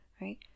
right